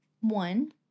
one